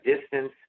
distance